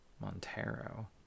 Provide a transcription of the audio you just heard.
Montero